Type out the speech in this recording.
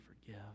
forgive